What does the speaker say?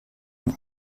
nur